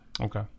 Okay